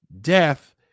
death